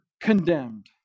condemned